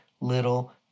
little